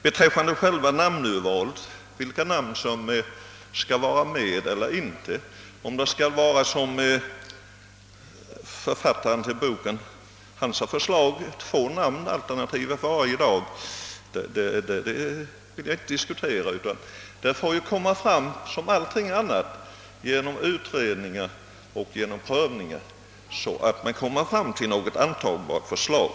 Jag vill inte nu diskutera vilka namn som skall finnas med i almanackan och om det, såsom bokens författare föreslår, skall vara två alternativa namn för varje dag. Liksom i andra frågor får man väl efter utredningar och överväganden söka nå fram till ett antagbart förslag.